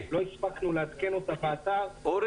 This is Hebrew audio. צריך לחשוב אם אפשר לייצר איזשהו מדרג בין מצב שפותחים את השמים ויש,